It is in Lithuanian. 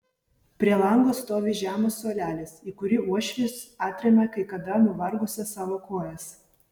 prie lango stovi žemas suolelis į kurį uošvis atremia kai kada nuvargusias savo kojas